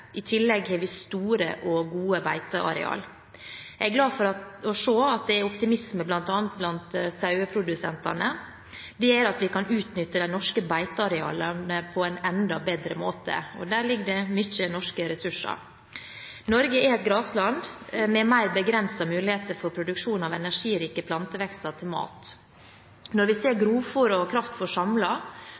I tillegg har vi store og gode beitearealer. Jeg er glad for å se at det er optimisme bl.a. blant saueprodusentene. Det gjør at vi kan utnytte de norske beitearealene på en enda bedre måte, og der ligger det mye norske ressurser. Norge er et grasland, med mer begrensede muligheter for produksjon av energirike plantevekster til mat. Når vi ser grovfôr og